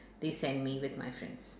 they send me with my friends